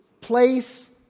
place